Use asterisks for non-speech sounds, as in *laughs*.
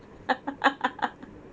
*laughs*